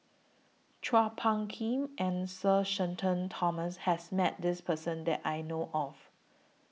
Chua Phung Kim and Sir Shenton Thomas has Met This Person that I know of